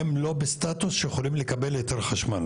הם לא בסטטוס שיכולים לקבל היתר חשמל.